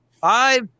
five